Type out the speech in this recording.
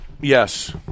Yes